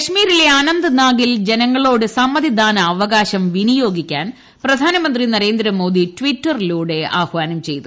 കാശ്മീരിലെ അനന്ത്നാഗിൽ ജനങ്ങളോട് സമ്മതിദാനാവകാശം വിനിയോഗിക്കാൻ പ്രധാനമന്ത്രി നരേന്ദ്രമോദി ട്വിറ്ററിലൂടെ ആഹാനം ചെയ്തു